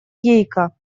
гейка